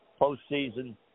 postseason